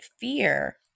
fear